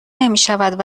نمیشود